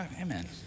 amen